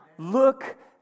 Look